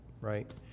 right